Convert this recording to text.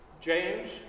james